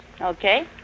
Okay